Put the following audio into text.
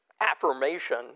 affirmation